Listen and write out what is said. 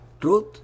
truth